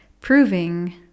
proving